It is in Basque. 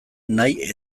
nahi